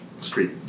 street